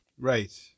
Right